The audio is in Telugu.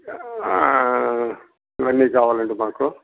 ఇవన్నీ కావాలండి మాకు